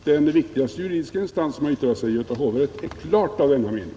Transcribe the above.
Den viktigaste juridiska instans som har yttrat sig, Göta hovrätt, är klart av denna mening.